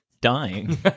dying